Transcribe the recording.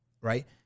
Right